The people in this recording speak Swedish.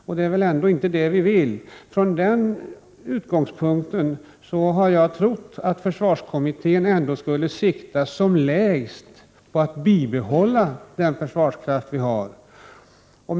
Så vill vi väl ändå inte ha det. Jag har från den utgångspunkten trott att försvarskommittén skulle inrikta sig på att åtminstone bibehålla den försvarskraft som vi har.